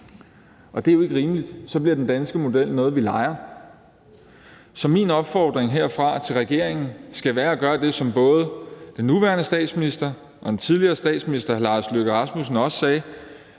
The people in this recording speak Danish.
Det er jo ikke rimeligt, for så bliver den danske model noget, vi leger. Så min opfordring herfra til regeringen skal være at gøre det, som både den nuværende statsminister og den tidligere statsminister Lars Løkke Rasmussen også sagde,